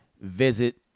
visit